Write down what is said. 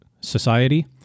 society